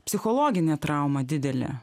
psichologinė traumą didelė